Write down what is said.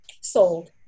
sold